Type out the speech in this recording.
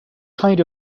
kind